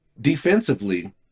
Defensively